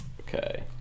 Okay